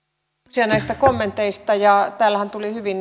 kiitoksia näistä kommenteista täällähän tuli hyvin